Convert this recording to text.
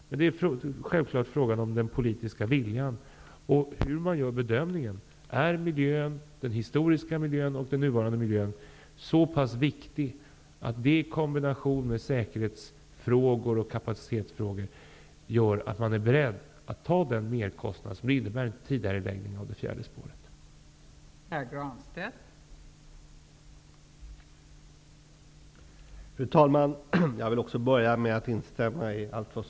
Men det är självfallet fråga om den politiska viljan och hur man gör bedömningen. Är den historiska miljön och den nuvarande miljön så pass viktig att det i kombination med säkerhetsfrågor och kapacitetsfrågor gör att man är beredd att ta den merkostnad som en tidigareläggning av det fjärde spåret innebär?